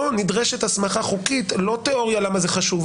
פה נדרשת הסמכה חוקית, לא תיאוריה למה זה חשוב.